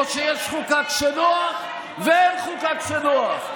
או שיש חוקה כשנוח ואין חוקה כשנוח,